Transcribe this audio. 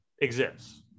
exists